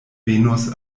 venos